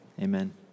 amen